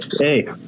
Hey